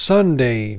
Sunday